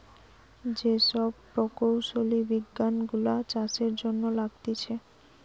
যে সব প্রকৌশলী বিজ্ঞান গুলা চাষের জন্য লাগতিছে